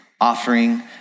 offering